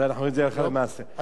אני,